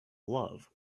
love